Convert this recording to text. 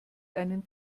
einen